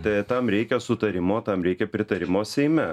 tai tam reikia sutarimo tam reikia pritarimo seime